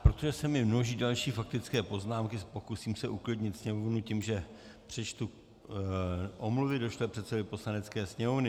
Protože se mi množí další faktické poznámky, pokusím se uklidnit sněmovnu tím, že přečtu omluvy došlé předsedovi Poslanecké sněmovny.